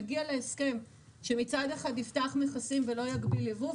נגיע להסכם שמצד אחד יפתח מכסים ולא יגביל ייבוא,